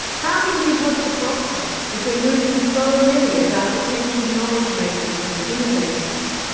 how can we hope to prosper if we are losing so many of our potential knowledge-makers and innovators?